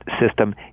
system